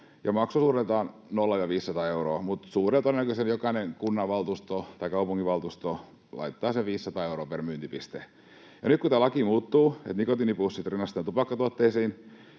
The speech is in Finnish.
mutta suurella todennäköisyydellä jokainen kunnanvaltuusto tai kaupunginvaltuusto laittaa sen 500 euroa per myyntipiste. Nyt kun tämä laki muuttuu siten, että nikotiinipussit rinnastetaan tupakkatuotteisiin,